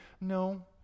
No